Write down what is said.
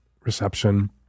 reception